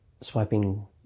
swiping